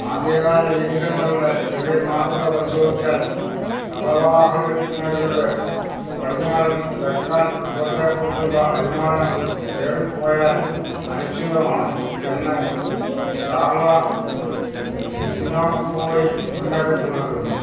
ആദ്യകാല ലിഖിതങ്ങളുടെ ചെറിയ മാതൃക പരിശോധിച്ചാൽ ശതവാഹനരുടെ പടിഞ്ഞാറൻ ഡെക്കാൻ ഉത്ഭവത്തെക്കുറിച്ചുള്ള അനുമാനം ഏറിപ്പോയാല് അനിശ്ചിതമാണ് എന്ന് കാർള സിനോപ്പോളി മുന്നറിയിപ്പ് നൽകുന്നു